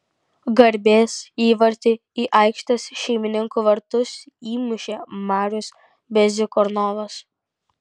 garbės įvartį į aikštės šeimininkų vartus įmušė marius bezykornovas